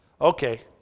Okay